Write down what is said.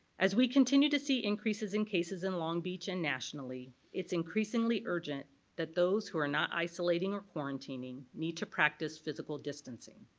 as we continue to see increases in cases in long beach and nationally, it's increasingly urgent that those who are not isolating or quarantining need to practice physical distancing.